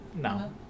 No